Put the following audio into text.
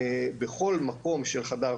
ובכל מקום של חדר כושר,